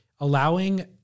allowing